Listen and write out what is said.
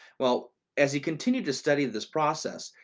well as he continued to study this process,